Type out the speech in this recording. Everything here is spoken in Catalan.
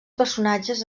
personatges